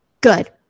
good